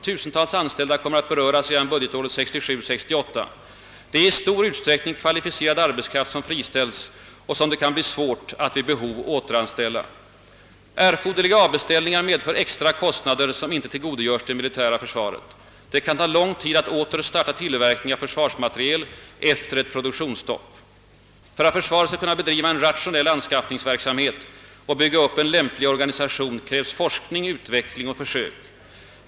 Tusentals anställda kommer att beröras redan budgetåret 1967/68. Det är i stor utsträckning kvalificerad arbetskraft som friställs och som det kan bli svårt att vid behov återanställa. — Erforderliga avbeställningar medför extra kostnader, som inte tillgodogörs det militära försvaret. Det kan ta lång tid att åter starta tillverkning av försvarsmateriel efter ett produktionsstopp. — För att försvaret skall kunna bedriva en rationell — anskaffningsverksamhet och bygga upp en lämplig organisation krävs forskning, utveckling och försök.